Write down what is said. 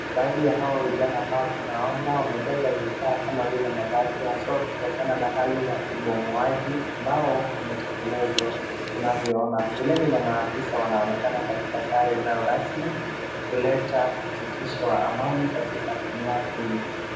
Badhi ya hawa vijana hawa ambao tunawaona wamebeba vifaa kama vile mabati asua kutokana na hali ya ubomoaji ambao umetekelezwa tunavyoona. Vilevile maafisa wanaonekana katika sare zao rasmi kuleta usitiso wa amani katika eneo hili.